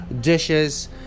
dishes